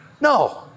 no